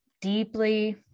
deeply